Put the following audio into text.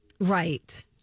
right